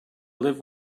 live